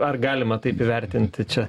ar galima taip įvertinti čia